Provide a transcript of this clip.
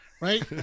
Right